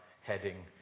heading